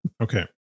Okay